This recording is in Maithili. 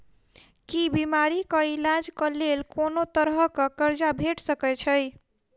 की बीमारी कऽ इलाज कऽ लेल कोनो तरह कऽ कर्जा भेट सकय छई?